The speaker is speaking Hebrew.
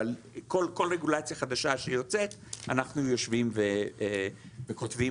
אבל כל רגולציה חדשה אנחנו יושבים וכותבים